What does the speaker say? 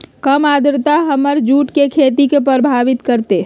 कम आद्रता हमर जुट के खेती के प्रभावित कारतै?